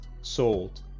sold